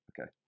Okay